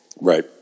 right